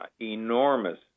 enormous